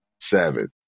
seven